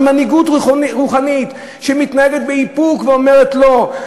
עם מנהיגות רוחנית שמתנהגת באיפוק ואומרת: לא.